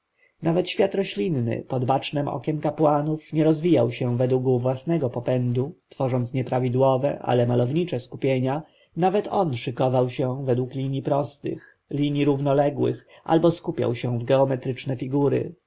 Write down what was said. nawet świat roślinny pod bacznem okiem kapłanów nie rozwijał się według własnego popędu tworząc nieprawidłowe ale malownicze skupienia nawet on szykował się według linij prostych linij równoległych albo skupiał się w jeometryczne figury